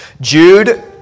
Jude